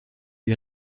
lui